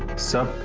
sir,